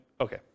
Okay